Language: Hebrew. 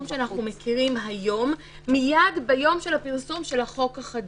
שאנחנו מכירים היום מיד ביום פרסום החוק החדש.